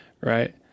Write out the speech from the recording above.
right